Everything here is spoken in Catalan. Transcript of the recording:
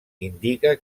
indica